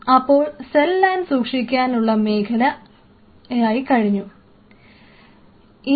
അപ്പോൾ നിങ്ങൾക്ക് cell line സൂക്ഷിക്കാനുള്ള മേഖലയായി കഴിഞ്ഞു